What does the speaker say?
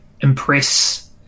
impress